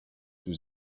was